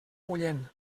bullent